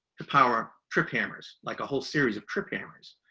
to power trip hammers, like a whole series of trip hammers,